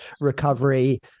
recovery